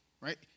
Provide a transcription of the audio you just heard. right